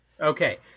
Okay